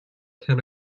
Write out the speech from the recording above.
ten